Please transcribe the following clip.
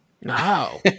No